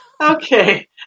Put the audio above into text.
Okay